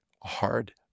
hard